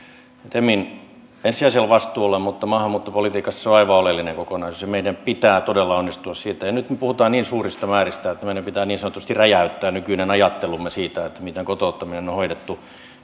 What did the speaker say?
temin ensisijaisella vastuulla mutta maahanmuuttopolitiikassa se on aivan oleellinen kokonaisuus ja meidän pitää todella onnistua siinä nyt me puhumme niin suurista määristä että meidän pitää niin sanotusti räjäyttää nykyinen ajattelumme siitä miten kotouttaminen on hoidettu